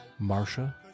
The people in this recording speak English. Marcia